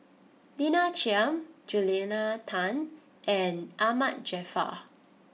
Lina Chiam Julia Tan and Ahmad Jaafar